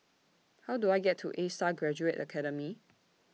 How Do I get to A STAR Graduate Academy